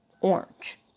orange